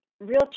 real